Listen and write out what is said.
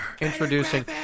Introducing